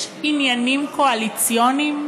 יש עניינים קואליציוניים,